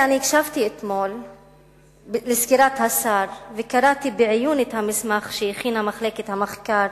אתמול הקשבתי לסקירת השר וקראתי בעיון את המסמך שהכינה מחלקת המחקר